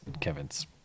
Kevin's